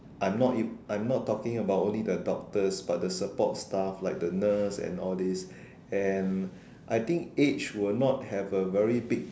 I am not ev~ I am not talking about only the doctors but the support staff like the nurse and all this and I think age will not have a very big